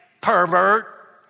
pervert